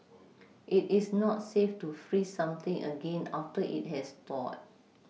it is not safe to freeze something again after it has thawed